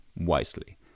wisely